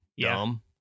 dumb